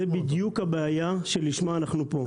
זאת בדיוק הבעיה שלשמה אנחנו פה.